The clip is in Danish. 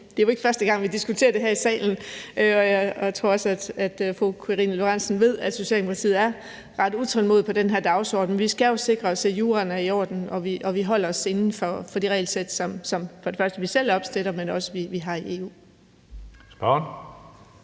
Det er jo ikke første gang, vi diskuterer det her i salen, og jeg tror også, at fru Karina Lorentzen Dehnhardt ved, at Socialdemokratiet er ret utålmodig på den her dagsorden. Vi skal jo sikre os, at juraen er i orden, og at vi holder os inden for det regelsæt, som vi selv opstiller, men også det, vi har i EU.